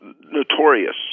notorious